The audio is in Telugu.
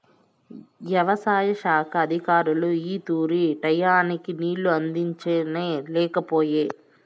యవసాయ శాఖ అధికారులు ఈ తూరి టైయ్యానికి నీళ్ళు అందించనే లేకపాయె